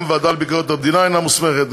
גם הוועדה לביקורת המדינה אינה מוסמכת,